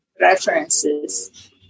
references